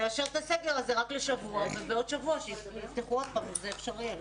נאשר את הסגר הזה רק לשבוע ובעוד שבוע שיפתחו עוד פעם אם זה אפשרי.